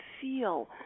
feel